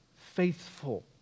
faithful